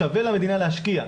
שווה למדינה להשקיע,